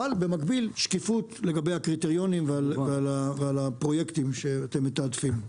אבל במקביל שקיפות לגבי הקריטריונים והפרויקטים שאתם מתעדפים.